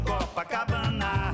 Copacabana